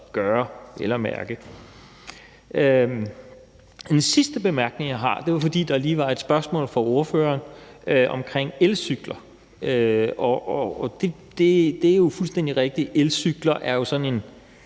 gøre. Jeg har en sidste bemærkning, og det er, fordi der lige var et spørgsmål fra ordføreren omkring elcykler. Det er jo fuldstændig rigtigt, at elcykler er et nyt